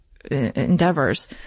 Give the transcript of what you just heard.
Endeavors